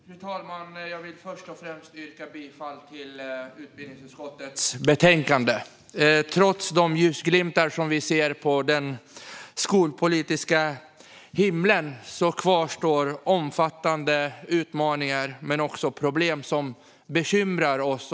Fru talman! Jag vill först och främst yrka bifall till utbildningsutskottets förslag. Trots de ljusglimtar vi ser på den skolpolitiska himlen kvarstår omfattande utmaningar, liksom problem som bekymrar oss.